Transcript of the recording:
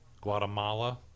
Guatemala